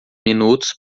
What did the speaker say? minutos